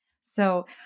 So-